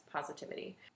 positivity